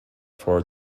for